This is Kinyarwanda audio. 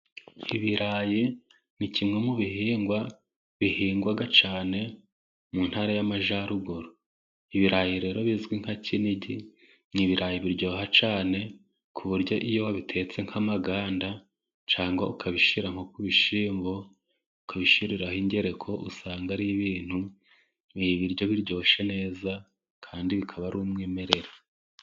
Ibirayi ni kimwe mu bihingwa bihingwa cyane mu ntara y'amajyaruguru, ibirayi rero bizwi nka kinigi n'ibirayi biryoha cyane ku buryo iyo ubitetse nk'amaganda cyangwa ukabishyira ku bishyimbo, ukabishyiraho ingereko usanga ari ibintu ibiryo biryoshye neza kandi bikaba ari umwimerere.